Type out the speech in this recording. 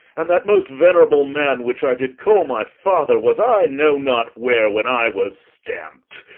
and that most venerable man which i did call my father was i know not where when i was stamp'd.